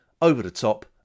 over-the-top